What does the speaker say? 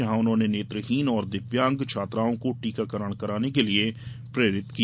जहां उन्होंने नेत्रहीन और दिव्यांग छात्राओं को टीकाकरण कराने के लिये प्रेरित किया